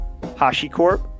HashiCorp